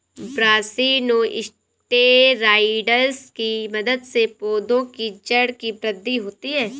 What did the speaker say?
brassinosteroids की मदद से पौधों की जड़ की वृद्धि होती है